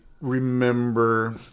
remember